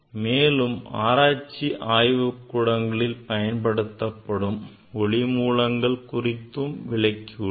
மேலும் ஆராய்ச்சி ஆய்வுக்கூடங்களில் பயன்படுத்தப்படும் ஒளி மூலங்கள் குறித்தும் விளக்கினேன்